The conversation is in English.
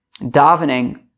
davening